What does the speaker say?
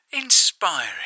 inspiring